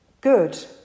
good